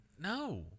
No